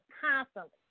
constantly